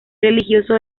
religioso